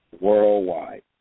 Worldwide